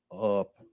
up